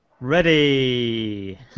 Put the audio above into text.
Ready